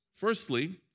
Firstly